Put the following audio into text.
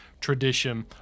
tradition